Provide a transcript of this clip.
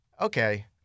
okay